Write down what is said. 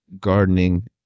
gardening